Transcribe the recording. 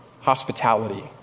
Hospitality